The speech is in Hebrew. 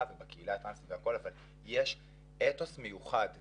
ובקהילה הטראנסית אבל יש אתוס מיוחד כאן,